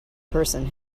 person